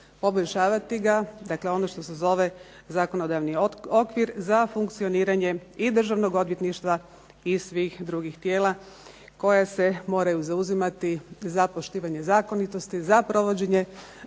poboljšavati ga. Dakle, ono što se zove zakonodavni okvir za funkcioniranje i državnog odvjetništva i svih drugih tijela koja se moraju zauzimati za poštivanje zakonitosti, za provođenje